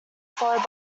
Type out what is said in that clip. followed